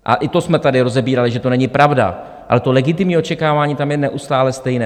A i to jsme tady rozebírali, že to není pravda, ale to legitimní očekávání tam je neustále stejné.